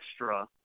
extra